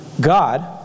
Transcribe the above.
God